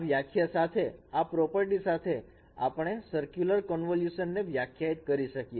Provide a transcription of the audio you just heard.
આ વ્યાખ્યા સાથે આ પ્રોપર્ટી સાથે આપણે સરક્યુલર કન્વોલ્યુશન ને વ્યાખ્યાયિત કરી શકીએ